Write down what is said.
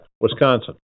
Wisconsin